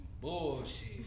bullshit